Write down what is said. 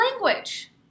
language